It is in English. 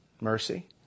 mercy